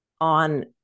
on